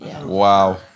Wow